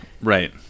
right